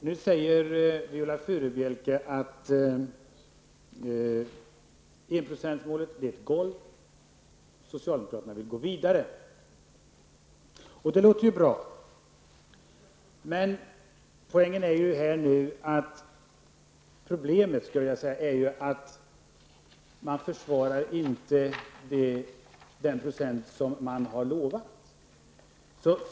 Herr talman! Nu säger Viola Furubjelke att enprocentsmålet utgör ett golv. Socialdemokraterna vill gå vidare. Det låter bra. Men problemet är att man inte försvarar den procentsiffra som man har utlovat.